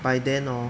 by then hor